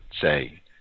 say